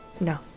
no